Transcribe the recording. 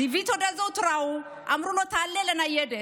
הביא תעודת זהות, ראו, אמרו לו: תעלה לניידת.